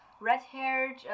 red-haired